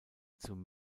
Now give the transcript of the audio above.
zum